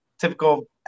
typical